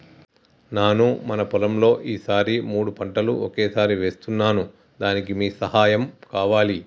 నాను మన పొలంలో ఈ సారి మూడు పంటలు ఒకేసారి వేస్తున్నాను దానికి మీ సహాయం కావాలి